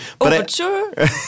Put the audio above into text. Overture